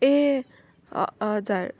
ए ह हजुर